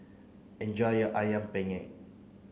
enjoy your Ayam Penyet